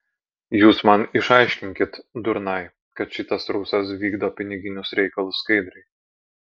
jūs man išaiškinkit durnai kad šitas rusas vykdo piniginius reikalus skaidriai